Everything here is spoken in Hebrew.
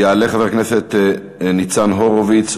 יעלה חבר הכנסת ניצן הורוביץ,